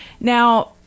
now